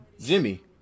Jimmy